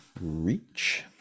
reach